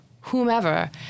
whomever